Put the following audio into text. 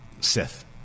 Sith